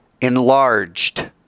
enlarged